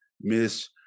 Miss